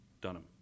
Dunham